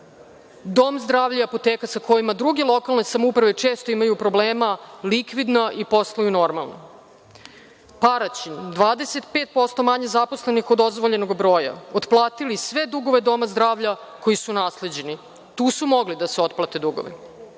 dom zdravlja i apoteka sa kojima druge lokalne samouprave često imaju problema likvidni i posluju normalno. Paraćin 25% manje zaposlenih od dozvoljenog broja, otplatili sve dugove doma zdravlja koji su nasleđeni, tu su mogli da se otplate dugovi.